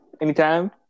Anytime